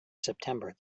september